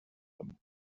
them